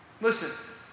Listen